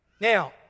Now